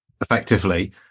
effectively